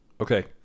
Okay